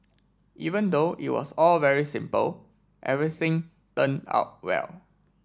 even though it was all very simple everything turned out well